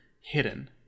hidden